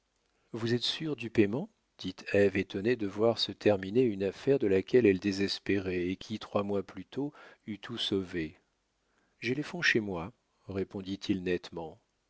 vous êtes sûr du payement dit ève étonnée de voir se terminer une affaire de laquelle elle désespérait et qui trois mois plus tôt eût tout sauvé j'ai les fonds chez moi répondit-il nettement